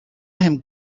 him